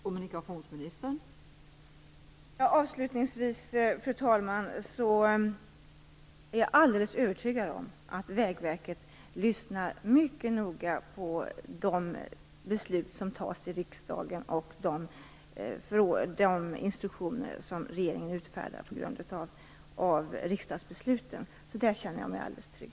Fru talman! Avslutningsvis är jag alldeles övertygad om att Vägverket lyssnar mycket noga på de beslut som fattas i riksdagen och de instruktioner som regeringen utfärdar på grund av riksdagsbeslut. I fråga om detta känner jag mig alldeles trygg.